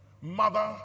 mother